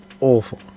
awful